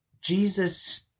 Jesus